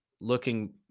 looking